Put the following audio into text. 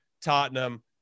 Tottenham